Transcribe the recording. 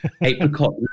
apricot